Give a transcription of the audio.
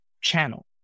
channel